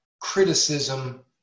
criticism